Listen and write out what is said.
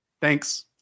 Thanks